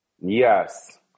Yes